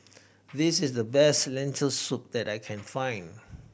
this is the best Lentil Soup that I can find